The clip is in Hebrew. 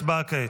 הצבעה כעת.